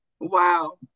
wow